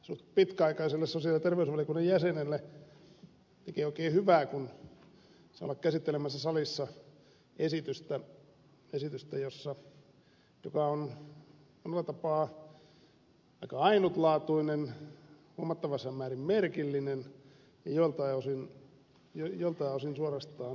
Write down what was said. pitkäaikaiselle sosiaali ja terveysvaliokunnan jäsenelle tekee oikein hyvää kun saa olla käsittelemässä salissa esitystä joka on monella tapaa aika ainutlaatuinen huomattavassa määrin merkillinen ja joltain osin suorastaan historiallinen